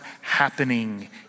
happening